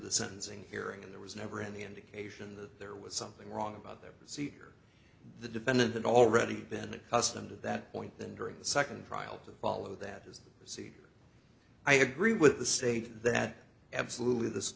the sentencing hearing and there was never any indication that there was something wrong about that so you are the defendant had already been accustomed to that point then during the second trial to follow that as you see i agree with the state that absolutely this